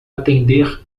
atender